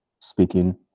speaking